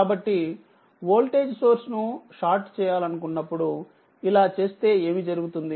కాబట్టి voltage source ను short చేయాలనుకున్నప్పుడు ఇలా చేస్తే ఏమి జరుగుతుంది